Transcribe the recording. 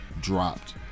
dropped